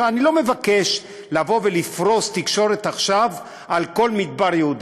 אני לא מבקש לבוא עכשיו ולפרוס תקשורת על כל מדבר יהודה,